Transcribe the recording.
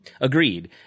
Agreed